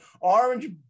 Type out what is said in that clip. orange